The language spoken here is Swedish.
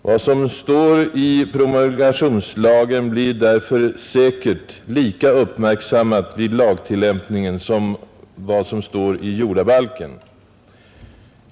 Vad som står i promulgationslagen blir därför säkert lika uppmärksammat vid lagtillämpningen som vad som står i jordabalken.